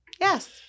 Yes